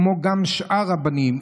כמו גם שאר הבנים,